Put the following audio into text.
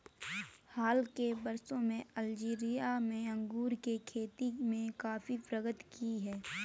हाल के वर्षों में अल्जीरिया में अंगूर की खेती ने काफी प्रगति की है